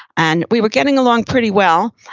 and we were getting along pretty well,